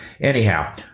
Anyhow